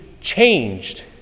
changed